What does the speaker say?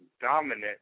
dominant